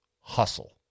hustle